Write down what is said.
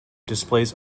displays